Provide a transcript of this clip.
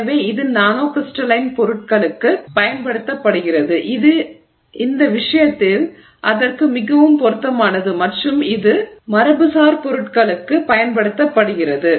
எனவே இது nano crystalline பொருட்களுக்குப் பயன்படுத்தப்படுகிறது இந்த விஷயத்தில் அதற்கு மிகவும் பொருத்தமானது மற்றும் இது மரபுசார் பொருட்களுக்கு பயன்படுத்தப்படுகிறது